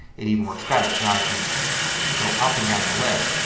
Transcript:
it even works better. so now i can go up and down the list.